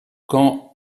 quand